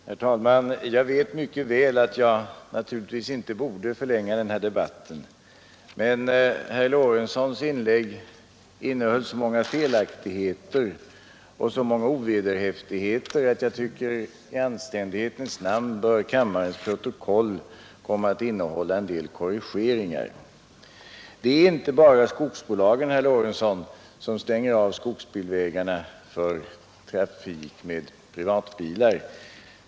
Herr talman! Jag vet mycket väl att jag naturligtvis inte borde förlänga denna debatt. Men herr Lorentzons inlägg innehöll så många felaktigheter och ovederhäftigheter att jag tycker att kammarens protokoll i anständighetens namn bör innehålla en del korrigeringar. Det är inte bara skogsbolagen, herr Lorentzon, som stänger av skogsbilvägarna för trafik med privatbilar.